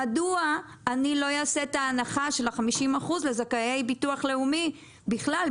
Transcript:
מדוע אני לא אעשה את ההנחה של ה-50% לזכאי ביטוח לאומי בכלל,